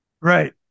right